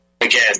Again